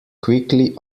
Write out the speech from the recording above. quickly